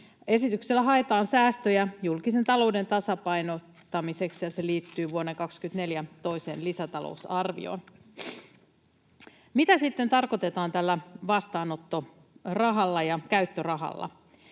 Esityksellä haetaan säästöjä julkisen talouden tasapainottamiseksi, ja se liittyy vuoden 24 toiseen lisätalousarvioon. Mitä sitten tarkoitetaan tällä vastaanottorahalla ja käyttörahalla?